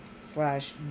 slash